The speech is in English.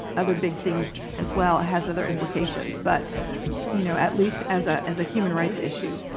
other big things as well, it has other implications. but you know at least as ah as a human rights issue,